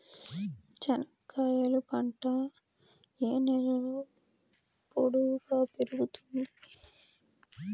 చెనక్కాయలు పంట ఏ నేలలో పొడువుగా పెరుగుతుంది?